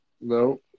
No